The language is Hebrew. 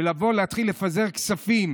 לבוא ולהתחיל לפזר כספים